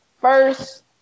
first